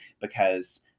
because-